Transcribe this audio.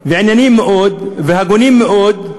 ענייניים מאוד והגונים מאוד,